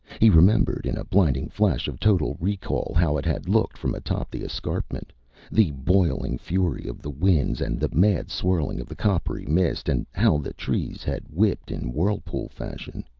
he remembered, in a blinding flash of total recall, how it had looked from atop the escarpment the boiling fury of the winds and the mad swirling of the coppery mist and how the trees had whipped in whirlpool fashion.